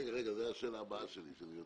רגע, זה השאלה הבאה שלי.